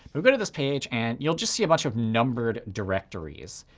but go to this page and you'll just see a bunch of numbered directories.